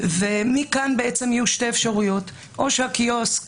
ומכאן בעצם יהיו שתי אפשרויות: או שהקיוסק